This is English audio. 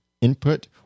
input